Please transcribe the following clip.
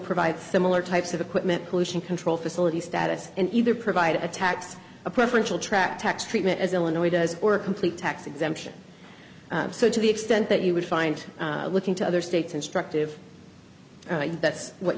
provide similar types of equipment pollution control facility status and either provide a tax a preferential tract tax treatment as illinois does or a complete tax exemption so to the extent that you would find looking to other states instructive that's what